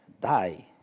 die